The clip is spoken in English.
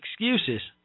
excuses